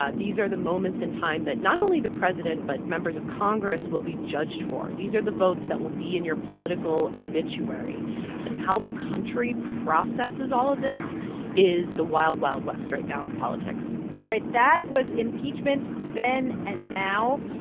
ah these are the moments in time that not only the president but members of congress will be judged for. these are the votes that will be in your political obituary yes and how the country processes all of this is the wild, wild west right now of politics all right. that was impeachment then and now.